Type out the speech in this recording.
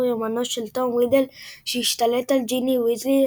יומנו של טום רידל שהשתלט על ג'יני ויזלי,